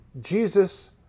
Jesus